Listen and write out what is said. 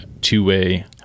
two-way